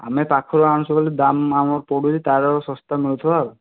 ଆମେ ପାଖରୁ ଆଣୁଛୁ ବୋଲି ଦାମ୍ ଆମର ପଡ଼ୁଛି ତା'ର ଶସ୍ତା ମିଳୁଥିବ ଆଉ